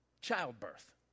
Childbirth